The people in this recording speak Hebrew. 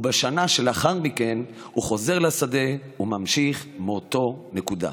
ובשנה שלאחר מכן הוא חוזר לשדה וממשיך מאותה נקודה.